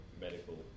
medical